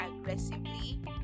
aggressively